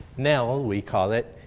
nell, we call it,